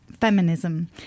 feminism